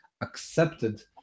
accepted